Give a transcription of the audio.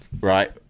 right